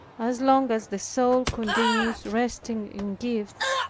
as long as the soul continues resting in gifts,